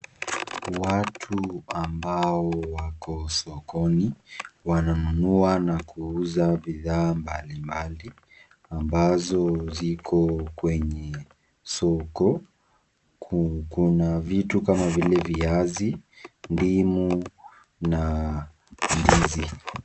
Watu amabao wako sokoni, wananunua na kuuza bidhaa mbalimbali ambazo ziko kwenye soko, kuna vitu kama vile viazi, ndimu na ndizi.